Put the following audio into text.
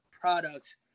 products